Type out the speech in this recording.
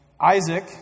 Isaac